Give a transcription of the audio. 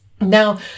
Now